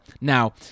Now